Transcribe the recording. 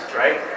right